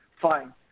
Fine